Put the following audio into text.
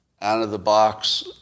out-of-the-box